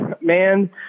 Man